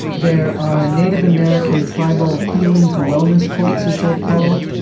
there are native american tribal healing to wellness courts, as they're called,